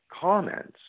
comments